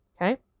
Okay